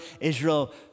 Israel